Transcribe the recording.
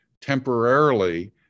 temporarily